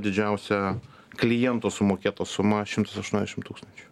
didžiausia kliento sumokėta suma šimtas aštuoniasdešim tūkstančių